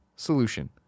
Solution